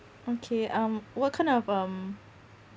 okay um what kind of um